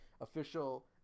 official